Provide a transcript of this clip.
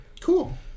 Cool